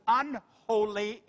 unholy